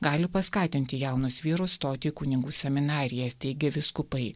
gali paskatinti jaunus vyrus stoti į kunigų seminarijas teigia vyskupai